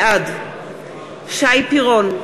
בעד שי פירון,